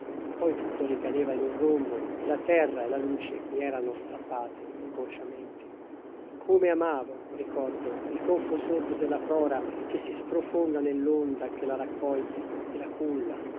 poi tutto ricadeva in un rombo e la terra e la luce mi erano strappate inconsciamente come amavo ricordo il tonfo sordo della prora che si sprofonda nell'onda che la raccoglie e la culla